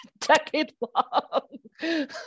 Decade-long